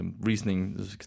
reasoning